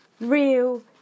real